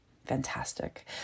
Fantastic